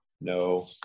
no